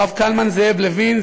הרב קלמן זאב לוין,